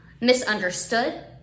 misunderstood